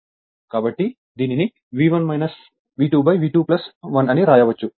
కాబట్టి దీనిని V1 V2 V2 1 అని వ్రాయవచ్చు ఎందుకంటే V2 V2 1